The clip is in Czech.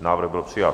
Návrh byl přijat.